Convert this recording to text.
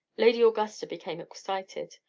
lady augusta became excited.